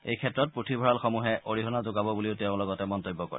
এই ক্ষেত্ৰত পুথিভঁৰালসমূহে যথেষ্ট অৰিহণা যোগাব বুলিও তেওঁ লগতে মন্তব্য কৰে